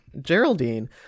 Geraldine